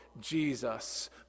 Jesus